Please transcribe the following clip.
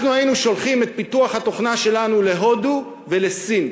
אנחנו היינו שולחים את פיתוח התוכנה שלנו להודו ולסין.